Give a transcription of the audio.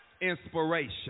inspiration